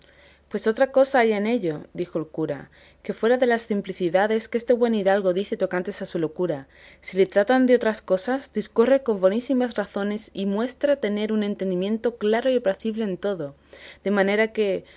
pues otra cosa hay en ello dijo el cura que fuera de las simplicidades que este buen hidalgo dice tocantes a su locura si le tratan de otras cosas discurre con bonísimas razones y muestra tener un entendimiento claro y apacible en todo de manera que